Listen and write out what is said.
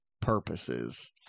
purposes